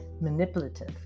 manipulative